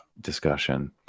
discussion